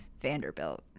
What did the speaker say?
Vanderbilt